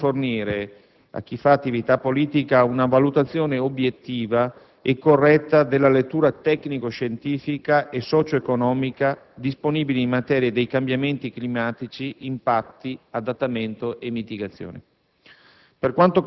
allo scopo di fornire a chi fa politica una valutazione obiettiva e corretta della letteratura tecnico-scentifica e socio-economica disponibile in materia dei cambiamenti climatici, impatti, adattamento e mitigazione.